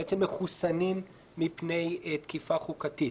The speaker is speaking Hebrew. בעצם מחוסנים מפני תקיפה חוקתית.